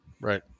Right